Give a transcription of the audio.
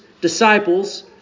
disciples